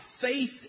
faith